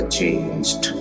changed